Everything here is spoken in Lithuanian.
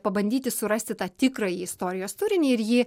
pabandyti surasti tą tikrąjį istorijos turinį ir jį